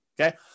okay